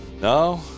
No